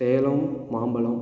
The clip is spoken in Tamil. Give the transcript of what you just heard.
சேலம் மாம்பழம்